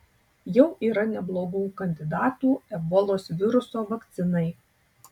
jau yra neblogų kandidatų ebolos viruso vakcinai